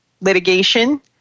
litigation